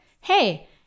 hey